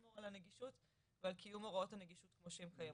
שקשור לנגישות ועל קיום הוראות הנגישות כמו שהן קיימות.